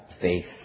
faith